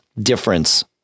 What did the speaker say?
difference